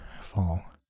fall